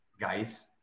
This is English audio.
guys